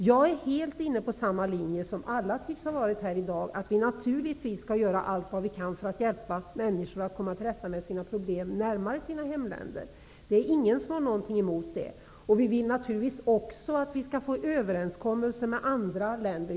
Jag är helt inne på samma linje som alla andra här i dag tycks vilja följa, att vi naturligtvis skall göra allt vad vi kan för att hjälpa människor att komma till rätta med sina problem närmare sina hemländer. Det är ingen som har något emot det. Vi vill naturligtvis också få till stånd överenskommelser med andra länder.